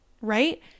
right